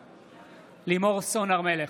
בעד לימור סון הר מלך,